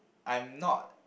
I am not